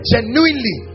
Genuinely